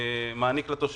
שאין להם ביטוח על התכולה,